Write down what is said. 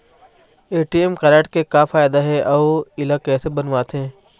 ATM card के का फायदा हे अऊ इला कैसे बनवाथे?